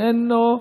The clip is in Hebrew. איננו,